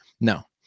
no